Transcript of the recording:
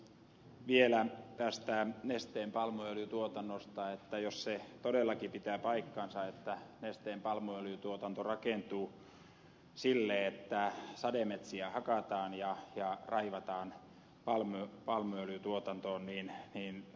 vielä tästä nesteen palmuöljytuotannosta se että jos se todellakin pitää paikkansa että nesteen palmuöljytuotanto rakentuu sille että sademetsiä hakataan ja raivataan palmuöljytuotantoon niin ed